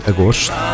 Agosto